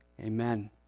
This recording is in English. amen